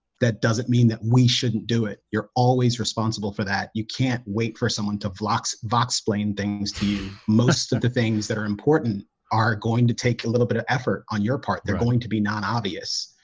that doesn't mean that we shouldn't do it. you're always responsible for that you can't wait for someone to vlog box box plain things to you most of the things that are important are going to take a little bit of effort on your part. they're going to be non-obvious